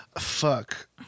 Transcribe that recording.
Fuck